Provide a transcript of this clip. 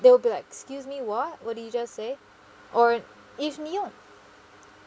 they will be like excuse me what what did you just say or if 你用